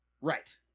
Right